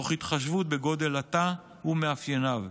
תוך התחשבות בגודל התא ומאפייניו.